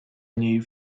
niej